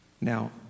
Now